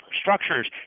structures